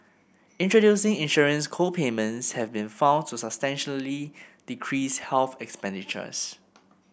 introducing insurance co payments have been found to substantially decrease health expenditures